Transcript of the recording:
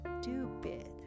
stupid